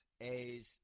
A's